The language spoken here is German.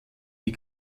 die